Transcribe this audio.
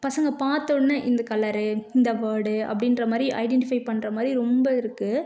பசங்க பார்த்த உடனே இந்த கலரு இந்த வேர்டு அப்படின்ற மாதிரி ஐடென்டிஃபை பண்ணுற மாதிரி ரொம்ப இருக்குது